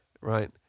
right